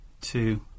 two